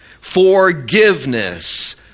forgiveness